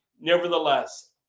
Nevertheless